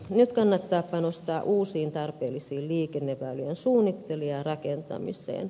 nyt kannattaa panostaa uusien tarpeellisten liikenneväylien suunnitteluun ja rakentamiseen